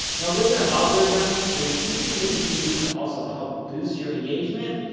now, with their algorithm there's a few things that you can do to also help boost your engagement.